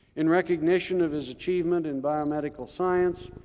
in recognition of his achievement in biomedical science,